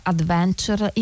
Adventure